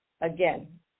again